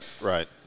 Right